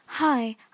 Hi